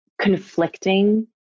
conflicting